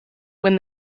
when